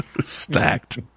Stacked